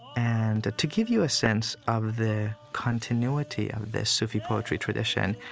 and to give you a sense of the continuity of the sufi poetry tradition,